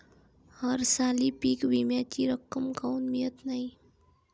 हरसाली पीक विम्याची रक्कम काऊन मियत नाई?